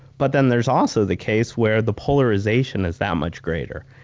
but then there's also the case where the polarization is that much greater.